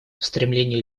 стремление